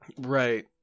Right